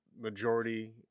majority